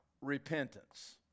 repentance